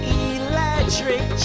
electric